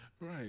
Right